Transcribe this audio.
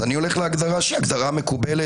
אז אני הולך להגדרה שהיא הגדרה מקובלת,